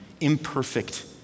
imperfect